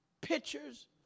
pictures